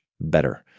better